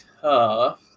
tough